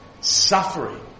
suffering